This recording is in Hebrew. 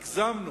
הגזמנו.